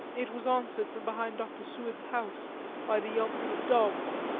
it was answered from behind dr. seward's house by the yelping of dogs,